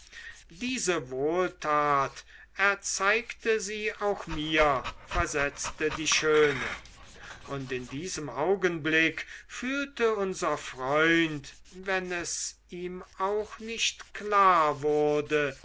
diese wohltat erzeigte sie auch mir versetzte die schöne und in diesem augenblick fühlte unser freund wenn es ihm auch nicht klar wurde